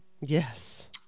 Yes